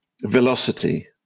velocity